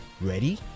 Ready